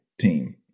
team